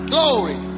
Glory